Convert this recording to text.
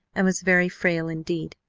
and was very frail indeed.